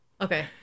Okay